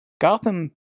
Gotham